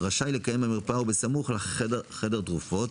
רשאי לקיים במרפאה או בסמוך לה חדר תרופות